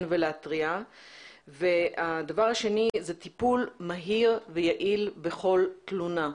ולהתריע וטיפול מהיר ויעיל בכל תלונה.